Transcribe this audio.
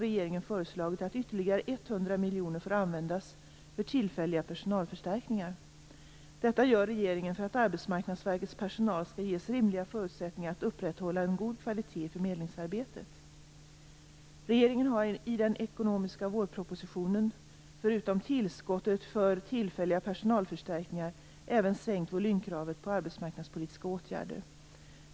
100 miljoner kronor får användas för tillfälliga personalförstärkningar. Detta gör regeringen för att Arbetsmarknadsverkets personal skall ges rimliga förutsättningar för att upprätthålla en god kvalitet i förmedlingsarbetet. Regeringen har i den ekonomiska vårpropositionen, förutom tillskottet för tillfälliga personalförstärkningar, även sänkt volymkravet på arbetsmarknadspolitiska åtgärder.